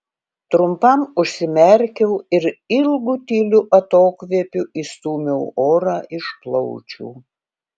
trumpam užsimerkiau ir ilgu tyliu atokvėpiu išstūmiau orą iš plaučių